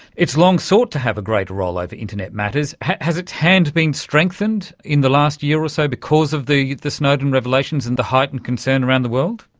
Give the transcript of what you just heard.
it's long sought to have a greater role like over internet matters. has its hand been strengthened in the last year or so because of the the snowden revelations and the heightened concern around the world?